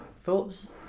Thoughts